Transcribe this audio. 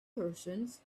persons